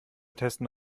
testen